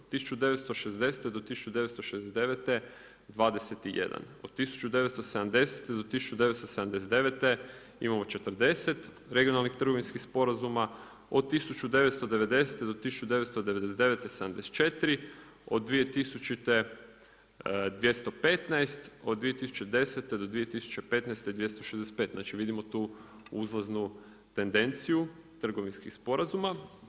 1960. do 1969., 21, od 1970. do 1979. imamo 40 regionalnih trgovinskih sporazuma, od 1990 do 1999. 74, od 2000. 215, od 2010. do 2015. 265, znači vidimo tu uzlaznu tendenciju trgovinskih sporazuma.